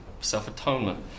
self-atonement